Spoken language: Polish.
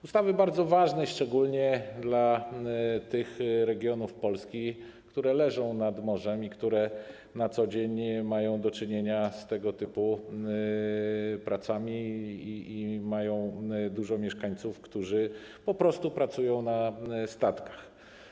Ustawy bardzo ważnej, szczególnie dla tych regionów Polski, które leżą nad morzem, które na co dzień mają do czynienia z tego typu pracami i mają dużo mieszkańców, którzy pracują na statkach.